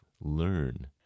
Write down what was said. learn